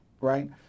right